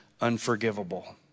unforgivable